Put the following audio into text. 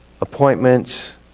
Appointments